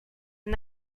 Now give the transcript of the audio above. and